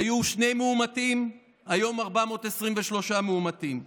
היו שני מאומתים, היום 423 מאומתים.